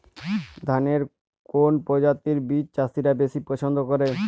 ধানের কোন প্রজাতির বীজ চাষীরা বেশি পচ্ছন্দ করে?